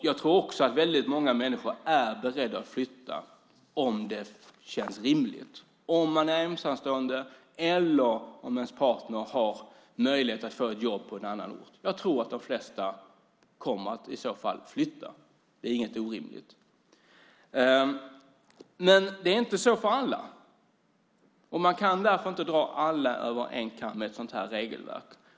Jag tror också att väldigt många människor är beredda att flytta om det känns rimligt, till exempel om man är ensamstående eller om ens partner har möjlighet att få ett jobb på en annan ort. Jag tror att de flesta i så fall skulle flytta. Det är inte orimligt. Men det är inte så för alla, och man kan därför inte dra alla över en kam i regelverket.